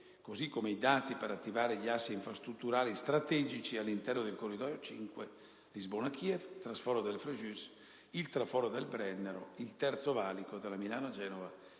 come pure i dati per attivare gli assi infrastrutturali strategici all'interno del corridoio n. 5 (Lisbona-Kiev), traforo del Frejus, traforo del Brennero, il terzo valico della Milano-Genova